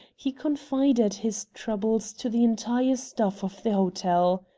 he confided his troubles to the entire staff of the hotel.